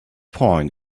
point